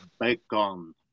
bacon